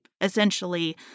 essentially